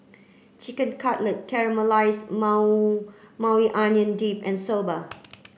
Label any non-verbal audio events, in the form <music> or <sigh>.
Chicken Cutlet Caramelized <unintelligible> Maui Onion Dip and Soba